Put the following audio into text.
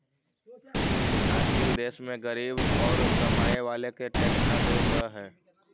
विकासशील देश में गरीब औउर कमाए वाला के टैक्स न देवे पडऽ हई